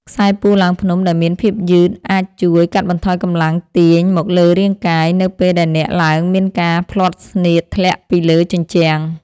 ខ្សែពួរឡើងភ្នំ ដែលមានភាពយឺតអាចជួយកាត់បន្ថយកម្លាំងទាញមកលើរាងកាយ នៅពេលដែលអ្នកឡើងមានការភ្លាត់ស្នៀតធ្លាក់ពីលើជញ្ជាំង។